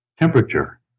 temperature